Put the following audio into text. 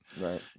Right